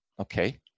Okay